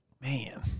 Man